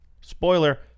Spoiler